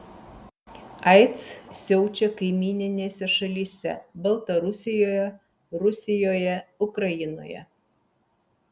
aids siaučia kaimyninėse šalyse baltarusijoje rusijoje ukrainoje